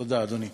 תודה, אדוני.